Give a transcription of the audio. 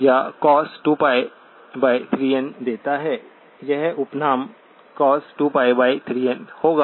यह उपनाम cos2π3n होगा